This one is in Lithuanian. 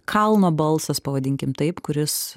kalno balsas pavadinkim taip kuris